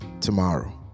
tomorrow